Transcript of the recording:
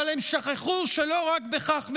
אבל הם שכחו שלא רק בכך מדובר.